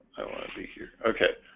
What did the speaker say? i want to be here okay